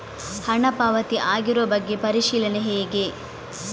ಹಣ ಪಾವತಿ ಆಗಿರುವ ಬಗ್ಗೆ ಪರಿಶೀಲನೆ ಹೇಗೆ?